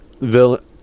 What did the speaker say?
villain